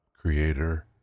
Creator